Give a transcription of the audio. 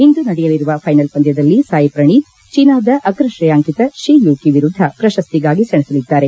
ಇಂದು ನಡೆಯಲಿರುವ ಫೈನಲ್ ಪಂದ್ಯದಲ್ಲಿ ಸಾಯಿ ಪ್ರಣೀತ್ ಚೀನಾದ ಅಗ್ರ ತ್ರೇಯಾಂಕಿತ ಶಿ ಯುಕಿ ವಿರುದ್ದ ಪ್ರಶಸ್ತಿಗಾಗಿ ಸೆಣಸಲಿದ್ದಾರೆ